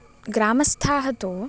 ग्रामस्थाः तु